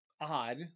odd